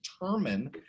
determine